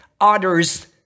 others